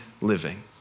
living